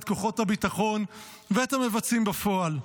את כוחות הביטחון ואת המבצעים בפועל.